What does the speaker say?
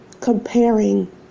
comparing